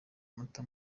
amata